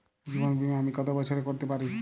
জীবন বীমা আমি কতো বছরের করতে পারি?